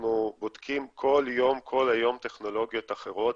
אנחנו בודקים כל יום, כל היום, טכנולוגיות אחרות.